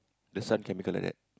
the son can become like that